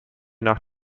nach